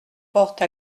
porte